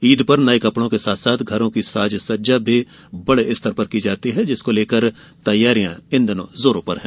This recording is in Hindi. ईद पर नए कपडों के साथ घरों की साज सज्जा भी बडे स्तर पर की जाती है जिसको लेकर तैयारियां जोरो पर है